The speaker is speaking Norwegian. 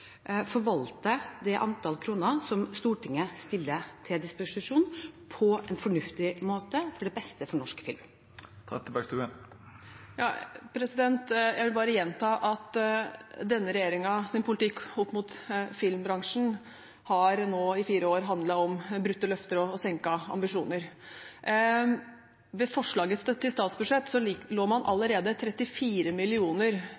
forvalter det antall kroner som Stortinget stiller til disposisjon, på en fornuftig måte og til beste for norsk film. Jeg vil bare gjenta at denne regjeringens politikk for filmbransjen nå i fire år har handlet om brutte løfter og senkede ambisjoner. Med forslaget til statsbudsjett lå man allerede 34 mill. kr under 2016-nivå, så